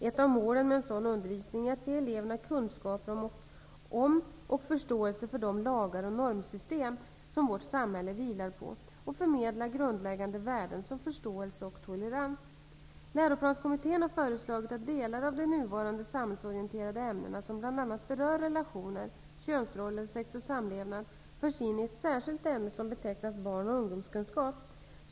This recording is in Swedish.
Ett av målen med en sådan undervisning är att ge eleverna kunskaper om och förståelse för de lagar och normsystem som vårt samhälle vilar på och förmedla grundläggande värden som förståelse och tolerans. Läroplanskommittén har föreslagit att delar av de nuvarande samhällsorienterande ämnena som bl.a. berör relationer, könsroller, sex och samlevnad förs in i ett särskilt ämne som betecknas som barn och ungdomskunskap.